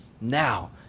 now